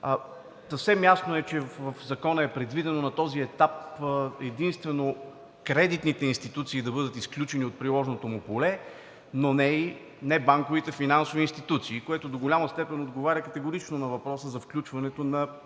Съвсем ясно е, че в Закона е предвидено на този етап единствено кредитните институции да бъдат изключени от приложното му поле, но не и банковите финансови институции, което до голяма степен отговаря категорично на въпроса за включването на